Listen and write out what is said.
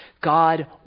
God